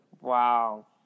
Wow